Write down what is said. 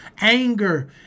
anger